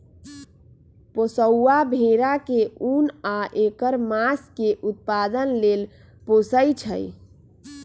पोशौआ भेड़ा के उन आ ऐकर मास के उत्पादन लेल पोशइ छइ